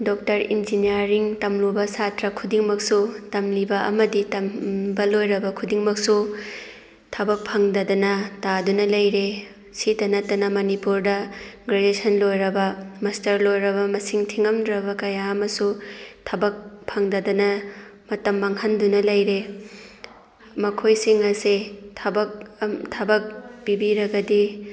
doctor engineering ꯇꯝꯂꯨꯕ ꯁꯥꯠꯇ꯭ꯔ ꯈꯨꯗꯤꯡꯃꯛꯁꯨ ꯇꯝꯂꯤꯕ ꯑꯃꯗꯤ ꯇꯝꯕ ꯂꯣꯏꯔꯕ ꯈꯨꯗꯤꯡꯃꯛꯁꯨ ꯊꯕꯛ ꯐꯪꯗꯗꯅ ꯇꯥꯗꯨꯅ ꯂꯩꯔꯦ ꯁꯤꯗ ꯅꯠꯇꯅ ꯃꯅꯤꯄꯨꯔꯗ ꯒ꯭ꯔꯦꯖꯨꯌꯦꯁꯟ ꯂꯣꯏꯔꯕ ꯃꯥꯁꯇꯔ ꯂꯣꯏꯔꯕ ꯃꯁꯤꯡ ꯊꯤꯉꯝꯗ꯭ꯔꯕ ꯀꯌꯥ ꯑꯃꯁꯨ ꯊꯕꯛ ꯐꯪꯗꯗꯅ ꯃꯇꯝ ꯃꯥꯡꯍꯟꯗꯨꯅ ꯂꯩꯔꯦ ꯃꯈꯣꯏꯁꯤꯡ ꯑꯁꯦ ꯊꯕꯛ ꯊꯕꯛ ꯄꯤꯕꯤꯔꯒꯗꯤ